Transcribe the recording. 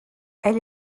elle